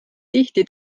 tihti